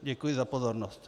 Děkuji za pozornost.